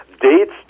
dates